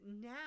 now